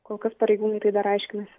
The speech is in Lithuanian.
kol kas pareigūnai tai dar aiškinasi